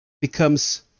becomes